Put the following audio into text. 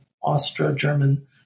Austro-German